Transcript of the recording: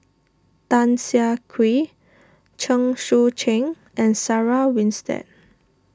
Tan Siah Kwee Chen Sucheng and Sarah Winstedt